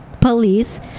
Police